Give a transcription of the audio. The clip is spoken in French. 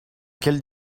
quelle